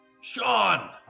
Sean